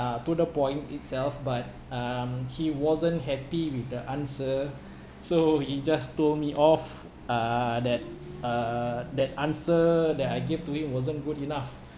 uh to the point itself but um he wasn't happy with the answer so he just told me off uh that uh that answer that I give to him wasn't good enough